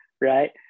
right